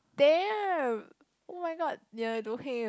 damn [oh]-my-god ya I don't care ah